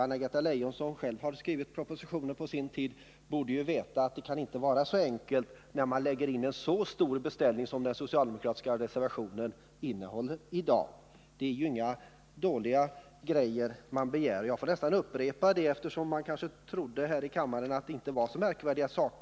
Anna-Greta Leijon, som själv har skrivit propositioner på sin tid, borde ju veta att det inte kan vara så enkelt när det kommer in en så stor beställning som den socialdemokratiska reservationen innehåller. Det är ju inga dåliga grejer reservanterna begär — jag upprepar det, eftersom man kanske trott här i kammaren att det inte var så märkvärdiga saker.